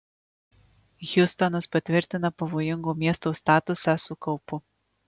hjustonas patvirtina pavojingo miesto statusą su kaupu